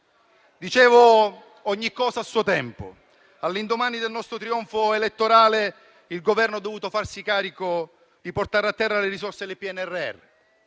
dicevo, ogni cosa a suo tempo. All'indomani del nostro trionfo elettorale, il Governo ha dovuto farsi carico di portare a terra le risorse del PNRR;